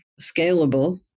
scalable